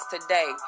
today